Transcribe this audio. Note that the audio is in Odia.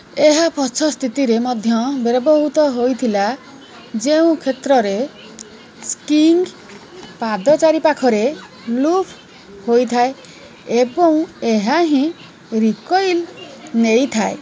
ଏହା ପଛ ସ୍ଥିତିରେ ମଧ୍ୟ ବ୍ୟବହୃତ ହୋଇଥିଲା ଯେଉଁ କ୍ଷେତ୍ରରେ ସ୍ଲିଙ୍ଗ୍ ପାଦଚାରିପାଖରେ ଲୁପ୍ ହୋଇଥାଏ ଏବଂ ଏହା ହିଁ ରିକୋଇଲ୍ ନେଇଥାଏ